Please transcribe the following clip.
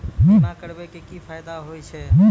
बीमा करबै के की फायदा होय छै?